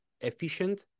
efficient